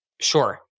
Sure